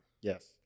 Yes